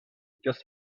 just